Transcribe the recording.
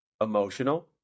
emotional